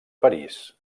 parís